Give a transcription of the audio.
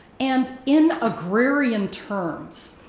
and in agrarian terms,